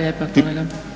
kolega./…